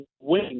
Win